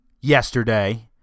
Yesterday